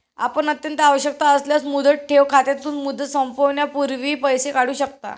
आपण अत्यंत आवश्यकता असल्यास मुदत ठेव खात्यातून, मुदत संपण्यापूर्वी पैसे काढू शकता